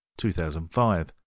2005